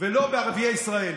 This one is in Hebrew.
ולא דרך חקיקה ראשית,